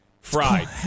fried